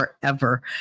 forever